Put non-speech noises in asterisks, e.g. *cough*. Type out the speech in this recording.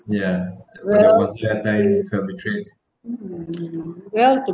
*noise* um well to